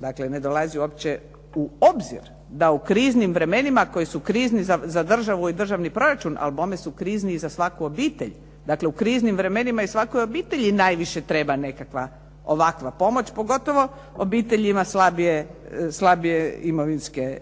Dakle, ne dolazi uopće u obzir da u kriznim vremenima koji su krizni za državu i državni proračun, ali bome su krizni i za svaku obitelj, dakle, u kriznim vremenima i svakoj obitelji najviše treba nekakva ovakva pomoć, pogotovo obiteljima slabije imovinske